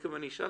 שתיכף אני אשאל,